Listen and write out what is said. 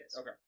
Okay